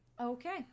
okay